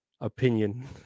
opinion